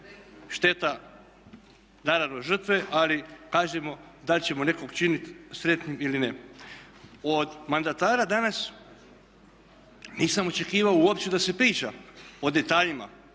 šteta naravno žrtve ali kažemo da ćemo nekog činiti sretnim ili ne. Od mandatara danas nisam očekivao uopće da se priča o detaljima,